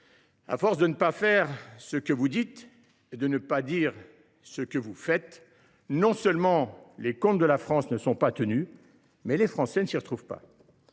à force de ne pas faire ce que vous dites et de ne pas dire ce que vous faites, non seulement les comptes de la France ne sont pas tenus, mais les Français ne s’y retrouvent pas.